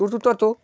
চতুর্থত